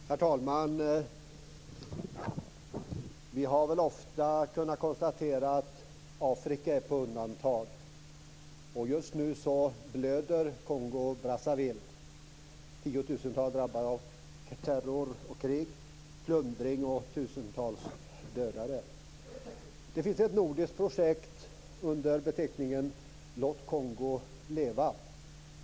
Herr talman! Vi har ofta kunnat konstatera att Afrika är satt på undantag. Just nu blöder Kongo Brazzaville. Tiotusentals har drabbats av terror, krig och plundring, och tusentals har blivit dödade. Det finns ett nordiskt projekt med beteckningen Rwanda.